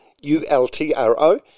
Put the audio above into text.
U-L-T-R-O